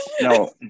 no